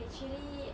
actually